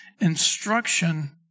instruction